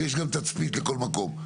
ויש גם תצפית לכל מקום...